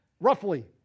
Roughly